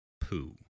Pooh